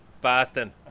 Boston